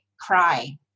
cry